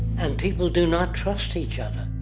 and people do not trust each other.